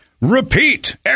repeat